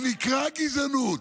הוא נקרא גזענות,